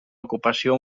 ocupació